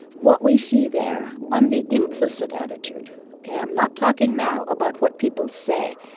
what we see there on the implicit attitude ok? i'm not talking now about what people say.